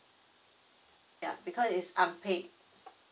yup because it's unpaid